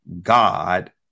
God